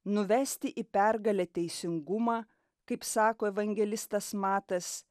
nuvesti į pergalę teisingumą kaip sako evangelistas matas